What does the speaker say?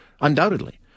undoubtedly